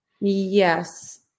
Yes